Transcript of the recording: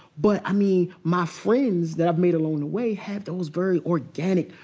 but i mean my friends that i've made along the way had those very organic,